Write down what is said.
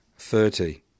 Thirty